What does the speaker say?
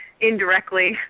indirectly